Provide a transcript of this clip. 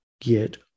get